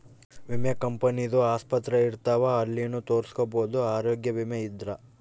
ವಿಮೆ ಕಂಪನಿ ದು ಆಸ್ಪತ್ರೆ ಇರ್ತಾವ ಅಲ್ಲಿನು ತೊರಸ್ಕೊಬೋದು ಆರೋಗ್ಯ ವಿಮೆ ಇದ್ರ